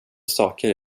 saker